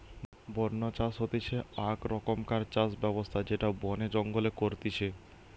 বন্য চাষ হতিছে আক রকমকার চাষ ব্যবস্থা যেটা বনে জঙ্গলে করতিছে